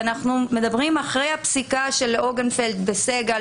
ואנחנו מדברים על זה אחרי הפסיקה של אונגרפלד וסגל,